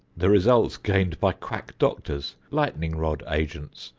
the results gained by quack doctors, lightning-rod agents,